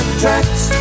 tracks